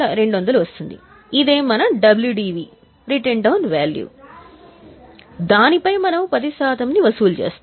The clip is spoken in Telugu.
16200 కి వచ్చింది దానిపై మనము 10 శాతం వసూలు చేస్తాము